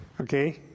Okay